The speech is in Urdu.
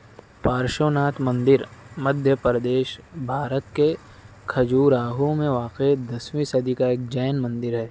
پارشوناتھ مندر مدھیہ پردیش بھارت کے کھجوراہو میں واقع دسویں صدی کا ایک جین مندر ہے